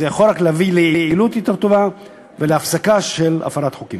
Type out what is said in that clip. זה יכול רק להביא ליעילות יותר טובה ולהפסקה של הפרת חוקים.